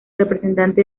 representante